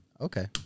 okay